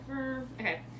Okay